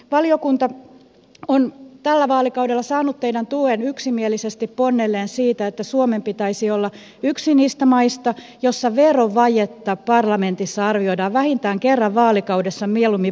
valiokunta on tällä vaalikaudella saanut teidän tukenne yksimielisesti ponnelleen siitä että suomen pitäisi olla yksi niistä maista joissa verovajetta parlamentissa arvioidaan vähintään kerran vaalikaudessa mieluummin vuosittain